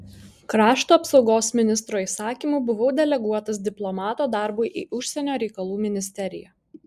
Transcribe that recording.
krašto apsaugos ministro įsakymu buvau deleguotas diplomato darbui į užsienio reikalų ministeriją